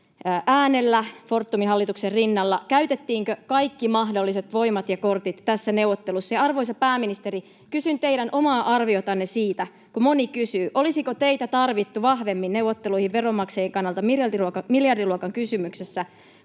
äänellä, Fortumin hallituksen rinnalla? Käytettiinkö kaikki mahdolliset voimat ja kortit tässä neuvottelussa? Arvoisa pääministeri, kysyn teidän omaa arviotanne siitä, kun moni kysyy, olisiko teitä tarvittu vahvemmin neuvotteluihin veronmaksajien kannalta miljardiluokan kysymyksessä,